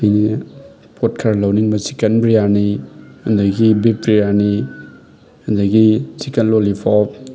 ꯍꯥꯏꯗꯤ ꯄꯣꯠ ꯈꯔ ꯂꯧꯅꯤꯡꯕ ꯆꯤꯛꯀꯟ ꯕꯤꯔꯌꯥꯅꯤ ꯑꯗꯒꯤ ꯕꯤꯐ ꯕꯤꯔꯌꯥꯅꯤ ꯑꯗꯒꯤ ꯆꯤꯛꯀꯟ ꯂꯣꯂꯤꯄꯣꯞ